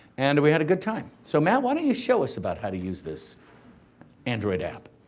and we had a good time. so, matt, why don't you show us about how to use this android app?